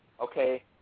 Okay